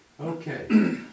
Okay